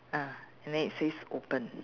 ah and then it says open